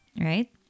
right